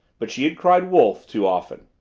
but she had cried wolf! too often.